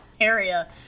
area